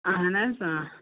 اہَن حظ